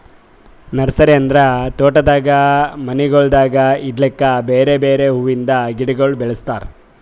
nursery ಅಂದುರ್ ತೋಟದಾಗ್ ಮನಿಗೊಳ್ದಾಗ್ ಇಡ್ಲುಕ್ ಬೇರೆ ಬೇರೆ ಹುವಿಂದ್ ಗಿಡಗೊಳ್ ಬೆಳುಸ್ತಾರ್